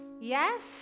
Yes